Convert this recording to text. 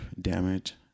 damage